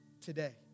today